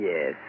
Yes